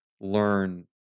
learn